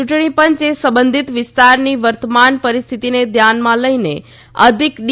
ચુંટણી પંચે સંબંધીત વિસ્તારની વર્તમાન પરિસ્થિતીને ધ્યાનમાં લઇને અધિક ડી